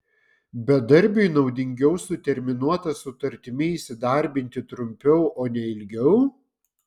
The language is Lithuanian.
bedarbiui naudingiau su terminuota sutartimi įsidarbinti trumpiau o ne ilgiau